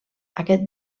aquest